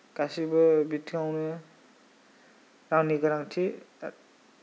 गासिबो बिथिङावनो रांनि गोनांथि